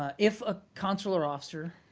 ah if a consular officer,